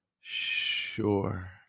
Sure